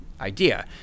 idea